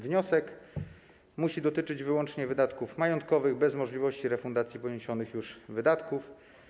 Wniosek musi dotyczyć wyłącznie wydatków majątkowych, bez możliwości refundacji poniesionych już wydatków.